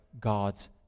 God's